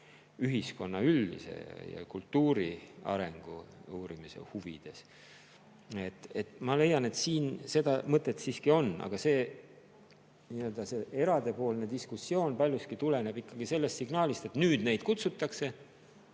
ühiskonna üldise ja kultuuri arengu uurimise huvides. Ma leian, et siin [eelnõus] seda mõtet siiski on ja see nii-öelda eradepoolne diskussioon paljuski tuleneb ikkagi sellest signaalist, et nüüd neid kutsutakse,